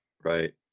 right